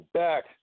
back